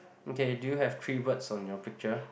okay do you have three words on your picture